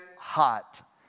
hot